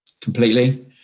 completely